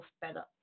better